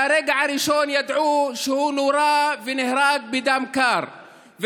מהרגע הראשון ידעו שהוא נורה ונהרג בדם קר.